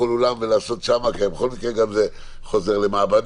לכל אולם ולעשות שם כי בכל מקרה זה גם חוזר למעבדה